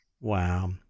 Wow